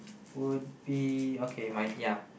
would be okay my ya